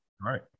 Right